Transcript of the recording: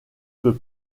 peut